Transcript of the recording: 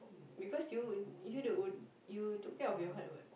because you you the own you took care of your heart what